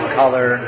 color